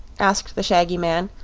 asked the shaggy man,